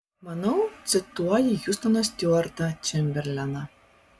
manau cituoji hiustoną stiuartą čemberleną